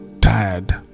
tired